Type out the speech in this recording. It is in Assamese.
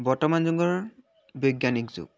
বৰ্তমান যুগৰ বৈজ্ঞানিক যুগ